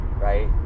right